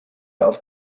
auf